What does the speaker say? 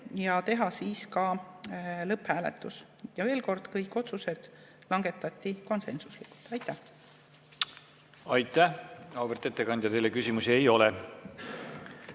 teha ka lõpphääletuse. Veel kord: kõik otsused langetati konsensuslikult. Aitäh! Aitäh, auväärt ettekandja! Teile küsimusi ei ole.